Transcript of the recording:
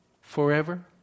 forever